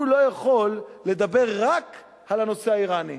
הוא לא יכול לדבר רק על הנושא האירני.